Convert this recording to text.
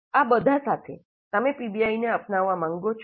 આ બધા સાથે તમે પીબીઆઈને અપનાવવા માંગો છો